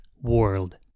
world